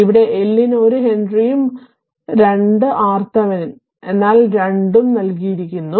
ഇവിടെ L ന് 1 ഹെൻറിയും 2 Rthevenin എന്നാൽ 2 ഉം നൽകിയിരിക്കുന്നു